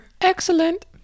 Excellent